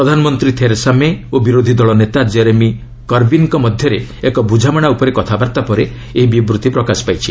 ପ୍ରଧାନମନ୍ତ୍ରୀ Theresa May' ଓ ବିରୋଧୀଦଳ ନେତା ଜେରେମି କର୍ବିନ୍ଙ୍କ ମଧ୍ୟରେ ଏକ ବୁଝାମଣା ଉପରେ କଥାବାର୍ତ୍ତା ପରେ ଏହି ବିବୃତ୍ତି ପ୍ରକାଶ ପାଇଛି